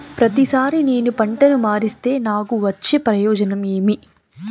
ప్రతిసారి నేను పంటను మారిస్తే నాకు వచ్చే ప్రయోజనం ఏమి?